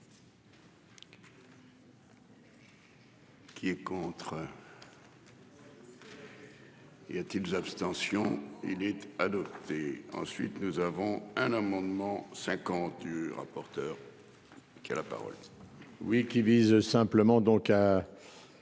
Qui est contre. Y a-t-il ou abstention. Adopté ensuite nous avons un amendement 50 du rapporteur. Qui a la parole. Oui qui vise simplement donc